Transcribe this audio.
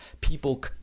people